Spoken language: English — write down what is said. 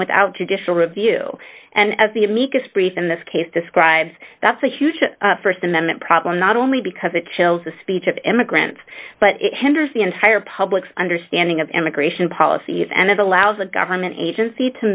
without judicial review and as the amicus brief in this case describes that's a huge st amendment problem not only because it chills the speech of immigrants but it hinders the entire public's understanding of immigration policies and it allows a government agency to